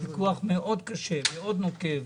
ויכוח מאוד קשה ומאוד נוקב,